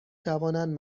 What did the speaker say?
توانند